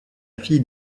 fille